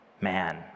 man